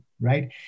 right